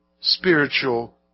spiritual